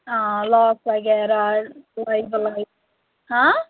آ لاس وغیرہ فٕلَے وٕلے ہاں